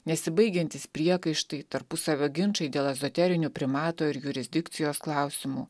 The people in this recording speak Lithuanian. nesibaigiantys priekaištai tarpusavio ginčai dėl ezoterinių primato ir jurisdikcijos klausimų